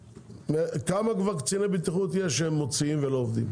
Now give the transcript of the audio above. כמה קציני בטיחות יש כבר, שמוציאים ולא עובדים?